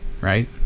right